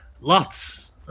lots